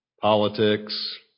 politics